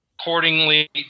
accordingly